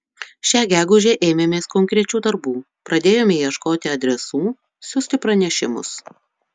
šią gegužę ėmėmės konkrečių darbų pradėjome ieškoti adresų siųsti pranešimus